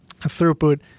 throughput